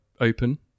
open